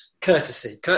courtesy